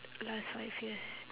last five years